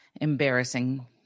embarrassing